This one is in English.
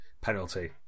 penalty